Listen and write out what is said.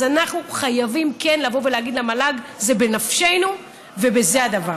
אז אנחנו חייבים כן לבוא ולהגיד למל"ג: זה בנפשנו וזה הדבר.